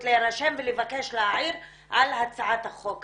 להירשם ולבקש להעיר על הצעת החוק הזו.